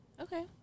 okay